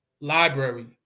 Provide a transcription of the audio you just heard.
library